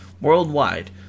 worldwide